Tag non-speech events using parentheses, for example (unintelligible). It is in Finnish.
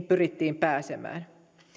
(unintelligible) pyrittiin pääsemään